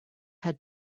had